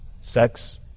sex